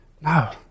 No